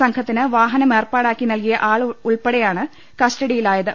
സംഘത്തിന് വാഹനം ഏർപ്പാടാക്കി നൽകിയ ആൾ ഉൾപ്പടെയാണ് കസ്റ്റഡിയിലായത്